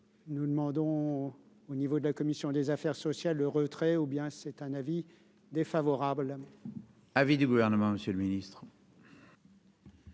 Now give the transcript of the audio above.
nous demandons au niveau de la commission des affaires sociales, le retrait ou bien c'est un avis défavorable. Avis du Gouvernement Monsieur le Ministre.